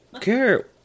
care